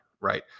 right